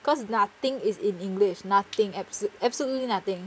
cause nothing is in english nothing abs~ absolutely nothing